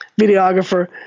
videographer